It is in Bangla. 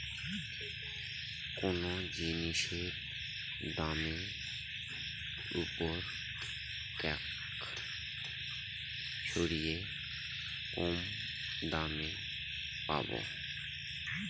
কোনো জিনিসের দামের ওপর ট্যাক্স সরিয়ে কম দামে পাবো